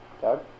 Doug